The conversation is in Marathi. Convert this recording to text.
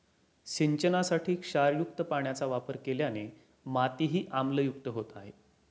सिंचनासाठी क्षारयुक्त पाण्याचा वापर केल्याने मातीही आम्लयुक्त होत आहे